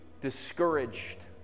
discouraged